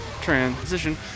Transition